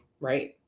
Right